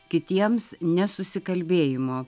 kitiems nesusikalbėjimo